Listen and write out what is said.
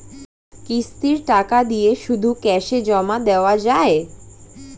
কিস্তির টাকা দিয়ে শুধু ক্যাসে জমা দেওয়া যায়?